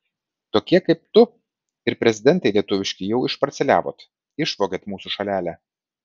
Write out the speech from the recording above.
tokie kaip tu ir prezidentai lietuviški jau išparceliavot išvogėt mūsų šalelę